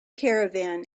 caravan